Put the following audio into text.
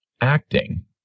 acting